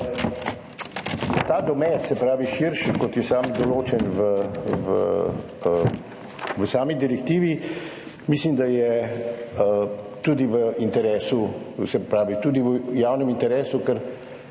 Ta domet, se pravi širši, kot je določen v sami direktivi, mislim, da je tudi v javnem interesu. Ker